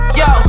yo